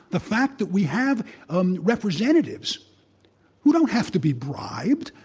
the fact that we have um representatives who don't have to be bribed.